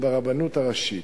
וברבנות הראשית.